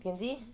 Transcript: can see